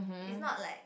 it's not like